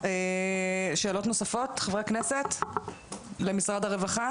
הוא עשה את ההתקשרויות וככה אנחנו בעצם פתרנו את הבעיה.